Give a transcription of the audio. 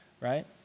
Right